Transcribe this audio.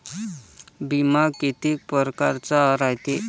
बिमा कितीक परकारचा रायते?